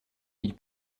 ils